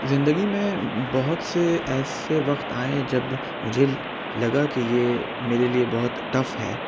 زندگی میں بہت سے ایسے وقت آئے جب مجھے لگا کہ یہ میرے لئے بہت ٹف ہے